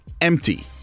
empty